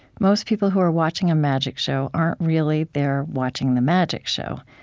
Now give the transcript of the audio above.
most people who are watching a magic show aren't really there watching the magic show.